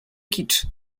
kicz